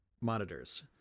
monitors